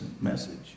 message